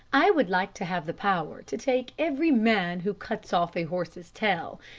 i would like to have the power to take every man who cuts off a horse's tail,